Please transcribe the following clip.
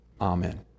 Amen